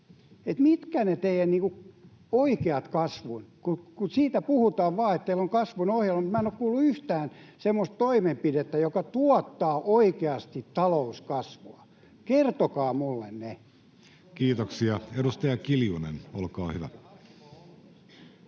Mitkä ovat ne teidän oikeat kasvuasiat? Puhutaan vaan siitä, että teillä on kasvun ohjelma, mutta minä en ole kuullut yhtään semmoista toimenpidettä, joka tuottaa oikeasti talouskasvua. Kertokaa minulle ne. Kiitoksia. — Edustaja Kiljunen, olkaa hyvä.